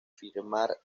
firmar